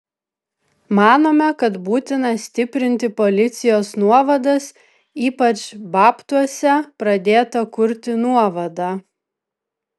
manome kad būtina stiprinti policijos nuovadas ypač babtuose pradėtą kurti nuovadą